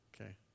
Okay